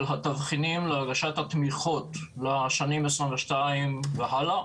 התבחינים להגשת התמיכות לשנים 2022 והלאה.